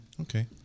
Okay